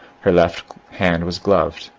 her left hand was gloved.